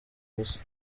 ubusa